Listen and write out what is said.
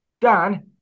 Dan